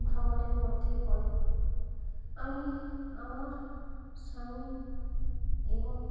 ভ্রমণের মধ্যেই পড়ে আমি আমার স্বামী এবং